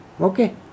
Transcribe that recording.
Okay